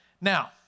Now